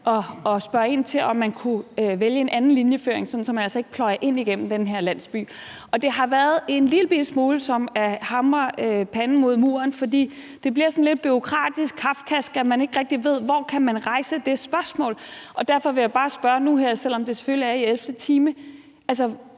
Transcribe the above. at spørge ind til, om man kunne vælge en anden linjeføring, sådan at man altså ikke pløjer ind igennem den her landsby. Det har været en lillebitte smule som at hamre panden mod muren, for det bliver sådan lidt bureaukratisk og kafkask, at man ikke rigtig ved, hvor man kan rejse det spørgsmål. Derfor vil jeg bare spørge nu her, selv om det selvfølgelig er i ellevte